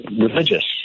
religious